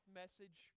message